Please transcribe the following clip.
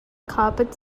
carpet